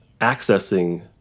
accessing